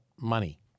money